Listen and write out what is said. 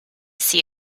see